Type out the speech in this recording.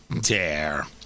dare